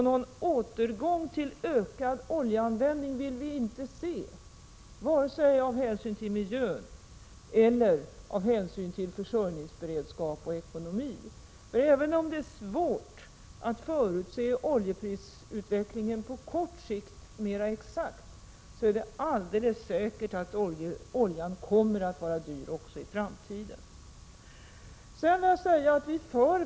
Någon återgång till ökad oljeanvändning vill vi inte vara med om, både av hänsyn till miljön och av hänsyn till försörjningsberedskap och ekonomi. Och även om det är svårt att mera exakt förutse oljeprisutvecklingen på kort sikt, är det alldeles säkert att oljan kommer att vara dyr också i framtiden.